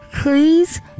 please